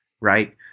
right